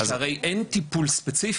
הרי אין טיפול ספציפי.